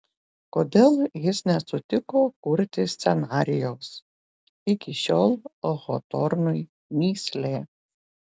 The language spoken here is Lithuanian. kodėl jis nesutiko kurti scenarijaus iki šiol hotornui mįslė